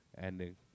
ending